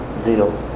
Zero